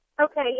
Okay